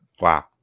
Wow